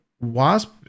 Wasp